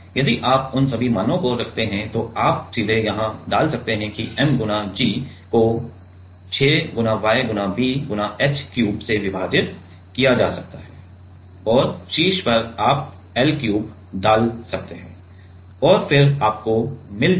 यदि आप उन सभी मानों को रखते हैं तो आप सीधे यहां डाल सकते हैं कि m गुणा g को 6 Y b h क्यूब से विभाजित किया जा सकता है और शीर्ष पर आप l क्यूब डाल सकते हैं और फिर आपको मिल जाएगा